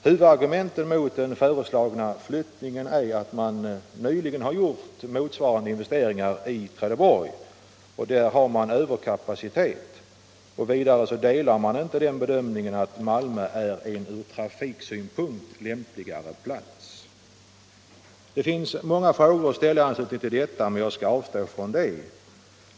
Huvudargumenten mot den föreslagna flyttningen är att man nyligen gjort en motsvarande investering i Trelleborg, som har överkapacitet, och vidare att man inte delar bedömningen att Malmö är en ur trafiksynpunkt lämpligare plats. Det finns många frågor att ställa i anslutning till detta men jag skall avstå från det.